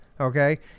Okay